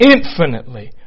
Infinitely